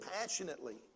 passionately